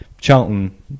Charlton